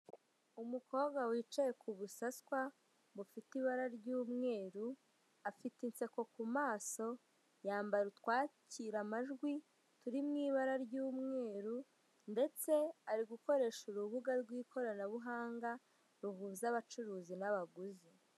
Umukobwa wicaye ku busaswa bufite ibibara ry'umweru, afite inseko ku maso, yambara utwakira amajwi, turi mu ibara ry'umweru, ndetse ari gukoresha urubuga rw'ikoranabuhanga, ruhuza abacuruzi n'abaguzi.